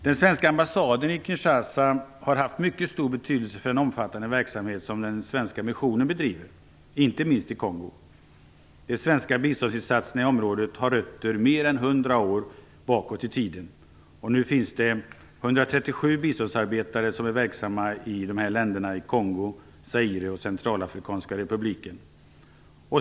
Den svenska ambassaden i Kinshasa har haft mycket stor betydelse för den omfattande verksamhet som den svenska missionen bedriver, inte minst i Kongo. De svenska biståndsinsatserna i området har sina rötter där sedan mer än 100 år tillbaka i tiden. Nu finns det 137 biståndsarbetare verksamma i Kongo, Zaire och Centralafrikanska republiken.